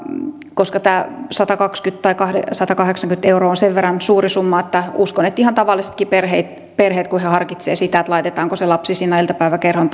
koska tämä satakaksikymmentä tai satakahdeksankymmentä euroa on sen verran suuri summa uskon että ihan tavallisetkin perheet perheet kun he harkitsevat sitä laitetaanko se lapsi sinne iltapäiväkerhoon